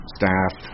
staff